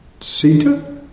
Sita